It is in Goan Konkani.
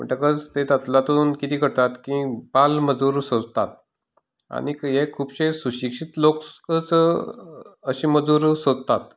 म्हणटकच ते तातले तातूंन कितें करतात की बालमजूर सोदतात आनीक खुबशे सुशिक्षीत लोकूच अशे मजूर सोदतात